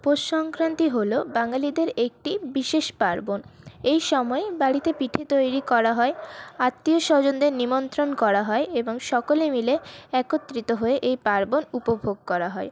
পৌষ সংক্রান্তি হল বাঙালিদের একটি বিশেষ পার্বণ এই সময়ে বাড়িতে পিঠে তৈরি করা হয় আত্মীয় স্বজনদের নিমন্ত্রণ করা হয় এবং সকলে মিলে একত্রিত হয়ে এই পার্বণ উপভোগ করা হয়